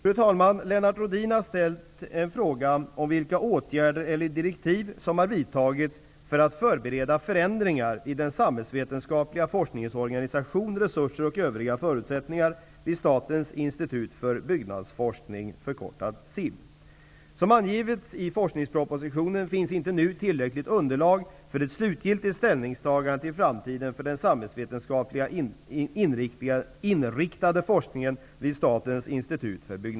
Fru talman! Lennart Rohdin har ställt fråga om vilka åtgärder eller direktiv som har vidtagits för att förbereda förändringar i den samhällsvetenskapliga forskningens organisation, resurser och övriga förutsättningar vid Statens institut för byggnadsforskning, SIB. Som angivits i forskningspropositionen finns inte nu tillräckligt underlag för ett slutgiltigt ställningstagande till framtiden för den samhällsvetenskapligt inriktade forskningen vid SIB.